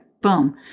boom